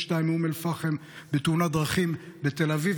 מאום אל-פחם בתאונת דרכים בתל אביב.